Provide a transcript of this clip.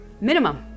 minimum